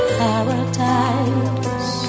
paradise